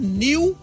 new